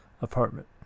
apartment